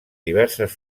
diverses